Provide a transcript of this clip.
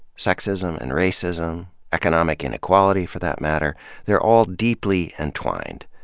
sexism and racism economic inequality for that matter they're all deeply entwined,